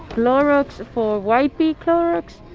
clorox for wiping clorox.